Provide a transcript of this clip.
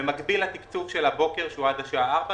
שבמקביל לתקצוב של הבוקר שהוא עד השעה 4:00,